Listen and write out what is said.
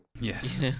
Yes